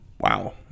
Wow